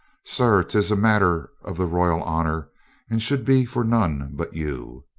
sir, tis a matter of the royal honor and should be for none but you.